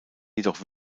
jedoch